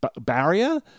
barrier